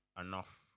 enough